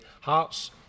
Hearts